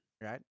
right